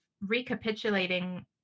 recapitulating